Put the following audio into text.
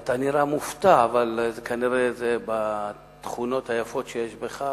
אתה נראה מופתע אבל כנראה זה בתכונות היפות שיש בך,